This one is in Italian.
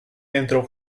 entro